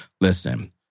Listen